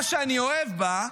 מה שאני אוהב בה,